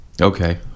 Okay